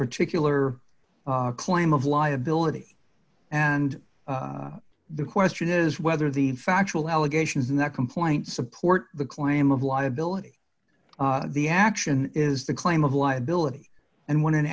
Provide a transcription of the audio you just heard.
particular claim of liability and the question is whether the factual allegations in the complaint support the claim of liability the action is the claim of liability and when an